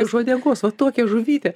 iš uodegos va tokią žuvytę